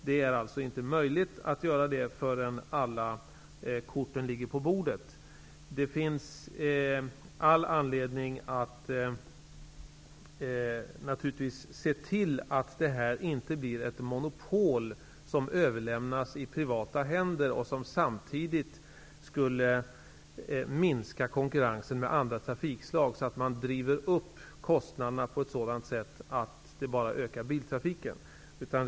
Det är inte möjligt att göra det förrän alla korten ligger på bordet. Det finns all anledning att se till att detta inte blir ett monopol som överlämnas i privata händer och som samtidigt skulle minska konkurrensen med andra trafikslag, så att man driver upp kostnaderna på ett sådant sätt att man bara ökar biltrafiken.